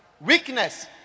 Weakness